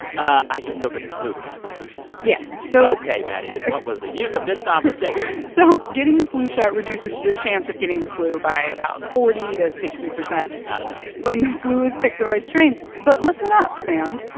i can still get the flu after the flu shot yeah, so. ok. maddie, then what was the use of this conversation? so getting the flu shot reduces your chance of getting the flu by about forty percent to sixty percent. not enough. when the flu has picked the right strains. but listen up, sam,